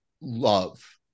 love